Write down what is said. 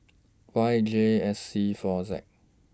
Y J S C four Z